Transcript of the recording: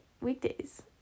weekdays